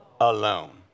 alone